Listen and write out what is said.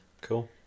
Cool